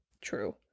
true